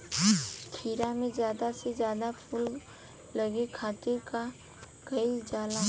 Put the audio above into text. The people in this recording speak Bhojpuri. खीरा मे ज्यादा से ज्यादा फूल लगे खातीर का कईल जाला?